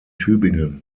tübingen